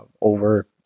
over